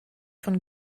von